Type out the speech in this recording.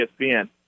ESPN